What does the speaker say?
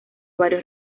varios